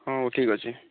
ହଁ ଉ ଠିକ୍ଅଛି